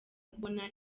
kubona